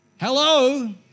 Hello